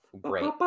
great